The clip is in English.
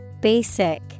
Basic